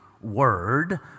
word